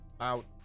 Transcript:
out